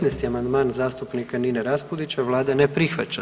19. amandman zastupnika Nine Raspudića, Vlada ne prihvaća.